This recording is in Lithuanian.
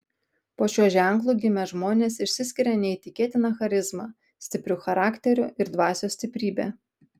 po šiuo ženklu gimę žmonės išsiskiria neįtikėtina charizma stipriu charakteriu ir dvasios stiprybe